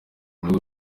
bihugu